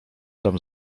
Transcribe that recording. tam